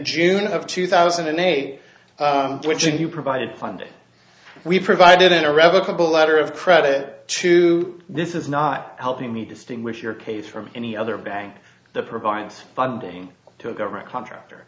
june of two thousand and eight which if you provided funding we provided an irrevocable letter of credit to this is not helping me distinguish your case from any other bank that provides funding to a government contractor